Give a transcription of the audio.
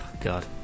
God